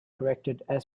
corrected